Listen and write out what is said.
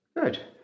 Good